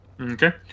Okay